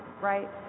right